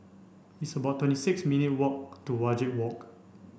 it's about twenty six minute walk to Wajek Walk